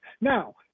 Now